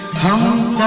pounds